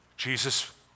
Jesus